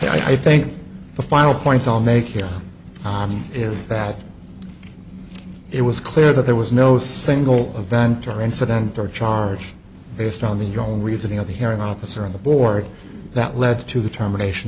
and i think the final point all make here is that it was clear that there was no single event or incident or charge based on the your own reasoning at the hearing officer of the board that led to the termination